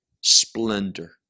splendor